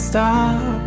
Stop